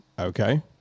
Okay